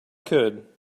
could